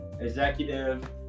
Executive